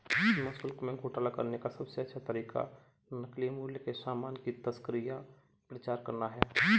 सीमा शुल्क में घोटाला करने का सबसे अच्छा तरीका नकली मूल्य के सामान की तस्करी या प्रचार करना है